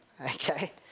okay